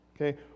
Okay